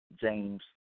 James